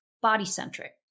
Body-centric